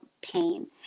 pain